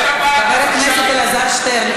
חבר הכנסת אלעזר שטרן,